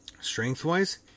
Strength-wise